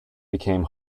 became